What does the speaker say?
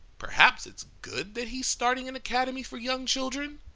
perhaps it's good that he's starting an academy for young children?